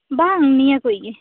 ᱵᱟᱝ ᱱᱤᱭᱟ ᱠᱚᱭᱤᱡ ᱜᱮ